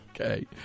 okay